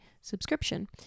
subscription